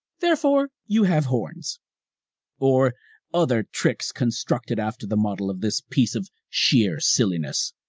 therefore you have horns or other tricks constructive after the model of this piece of shear silliness.